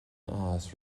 áthas